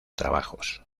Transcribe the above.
trabajos